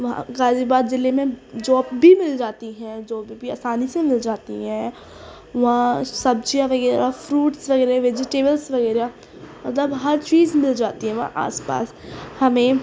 غازی آباد ضلع میں جاب بھی مل جاتی ہے جابیں بھی آسانی سے مل جاتی ہیں وہاں سبزیاں وغیرہ فروٹس وغیرہ ویجیٹیبلس وغیرہ مطلب ہر چیز مل جاتی ہیں وہاں آس پاس ہمیں